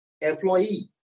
employee